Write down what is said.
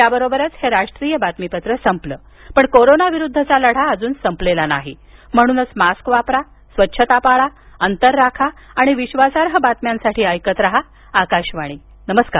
याबरोबरच हे राष्ट्रीय बातमीपत्र संपलं पण कोरोनाविरुद्धचा लढा अजून संपलेला नाही म्हणूनच मास्क वापरा स्वच्छता पाळा अंतर राखा आणि विश्वासार्ह बातम्यांसाठी ऐकत रहा आकाशवाणी नमस्कार